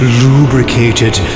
lubricated